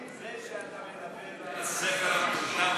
זה שאתה מדבר על הספר המטומטם הזה,